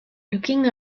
looking